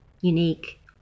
unique